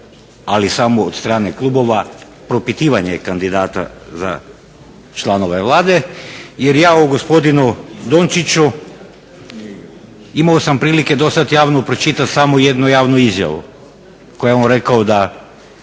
ali samo od strane klubova, propitivanje kandidata za članova Vlade jer o gospodinu Dončiću imao sam prilike do sada javno pročitati samo jednu javnu izjavu u kojoj je on rekao da